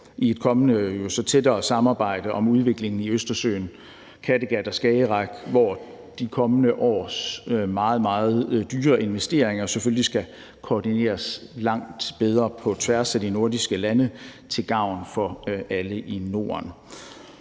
i et kommende så tættere samarbejde om udviklingen i Østersøen, Kattegat og Skagerrak, hvor de kommende års meget, meget dyre investeringer selvfølgelig skal koordineres langt bedre på tværs af de nordiske lande til gavn for alle i Norden.